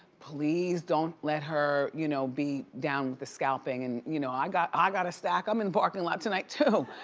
please don't let her you know be down with the scalping. and you know, i got ah got a stack, i'm in the parking lot tonight too.